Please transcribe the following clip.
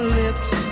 lips